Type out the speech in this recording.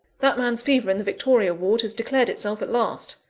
that man's fever in the victoria ward has declared itself at last,